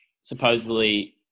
supposedly